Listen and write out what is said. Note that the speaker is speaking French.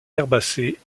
herbacées